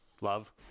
Love